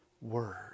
word